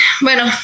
bueno